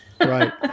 Right